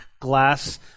glass